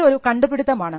ഇതൊരു കണ്ടുപിടിത്തമാണ്